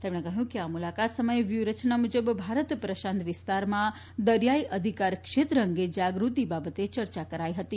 તેમણે કહ્યું કે આ મુલાકાત સમયે વ્યૂહરચના મુજબ ભારત પ્રશાંત વિસ્તારમાં દરિયાઈ અધિકાર ક્ષેત્ર અંગે જાગૃતિ બાબતે ચર્ચા કરાઈ હતી